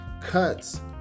cuts